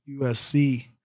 USC